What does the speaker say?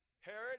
Herod